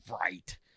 right